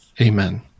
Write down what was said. Amen